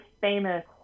famous